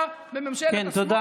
אתה הגשת אותו